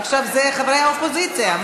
עכשיו זה חברי האופוזיציה.